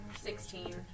Sixteen